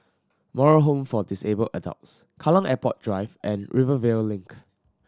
Moral Home for Disabled Adults Kallang Airport Drive and Rivervale Link